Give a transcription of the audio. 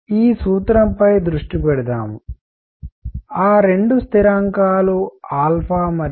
కాబట్టి ఈ సూత్రం పై దృష్టి పెడుదాం ఆ రెండు స్థిరాంకాలు మరియు